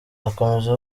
akomeza